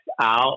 out